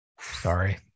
Sorry